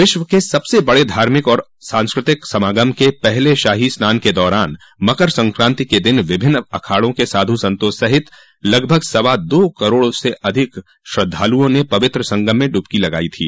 विश्व के सबसे बड़े धार्मिक और सांस्कृतिक समागम के पहले शाही स्नान के दौरान मकर संक्रांति के दिन विभिन्न अखाड़ों के साधू संतों सहित लगभग सवा दो करोड़ से अधिक श्रद्धालुओं ने पवित्र संगम में डुबकी लगाई थी